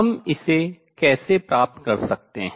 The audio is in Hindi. हम इसे कैसे प्राप्त कर सकते हैं